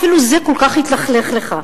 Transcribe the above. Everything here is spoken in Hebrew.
איך אפילו זה כל כך התלכלך לך?